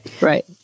Right